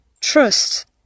Trust